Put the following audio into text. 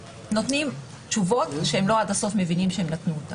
נותנים תשובות כשהם לא עד הסוף מבינים שהם נתנו אותן,